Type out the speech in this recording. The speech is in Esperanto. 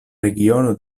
regiono